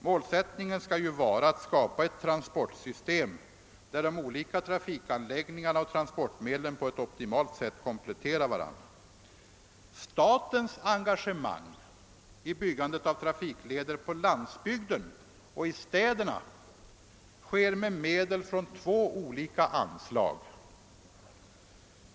Målsättningen skall ju vara att skapa ett transportsystem där de olika trafikanläggningarna och transportmedlen på optimalt sätt kompletterar varandra. Statens engagemang i byggandet av trafikleder på landsbygden och i städerna sker via två olika anslag.